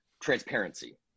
transparency